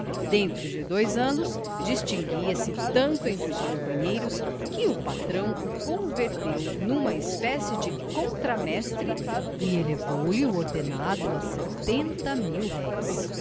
dentro de dois anos distinguia-se tanto entre os companheiros que o patrão o converteu numa espécie de contramestre e elevou lhe o ordenado a setenta